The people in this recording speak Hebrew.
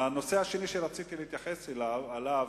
הנושא השני שרציתי להתייחס אליו,